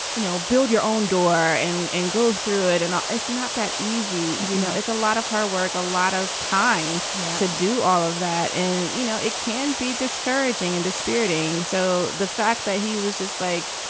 you know, build your own door and and go through it. and it's not that easy. you know, it's a lot of hard work, a lot of time to do all of that. and, you know, it can be discouraging and dispiriting. so the fact that he was just like,